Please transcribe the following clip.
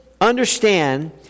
understand